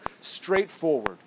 straightforward